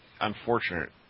unfortunate